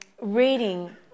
reading